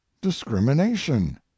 discrimination